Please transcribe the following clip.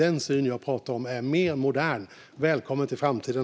Den syn jag pratar om är mer modern. Välkommen till framtiden!